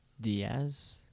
Diaz